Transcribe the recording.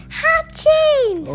hatching